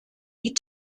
die